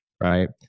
right